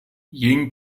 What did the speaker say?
ying